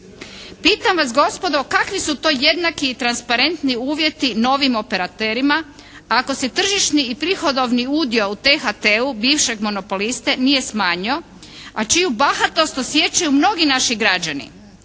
Pitam vas gospodo, kakvi su to jednaki i transparentni uvjeti novim operaterima ako se tržišni i prihodovni udio u THT-u bivšeg monopoliste nije smanjio, a čiju bahatost osjećaju mnogi naši građani.